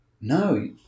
no